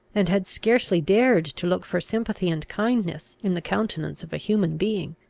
and had scarcely dared to look for sympathy and kindness in the countenance of a human being!